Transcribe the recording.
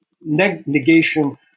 negation